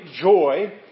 joy